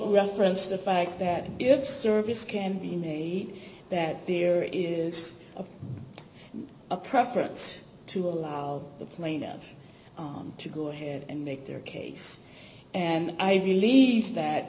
referenced the fact that if service can be made that there is a preference to allow the plane on to go ahead and make their case and i believe that